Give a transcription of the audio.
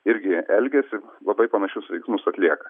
irgi elgiasi labai panašius veiksmus atlieka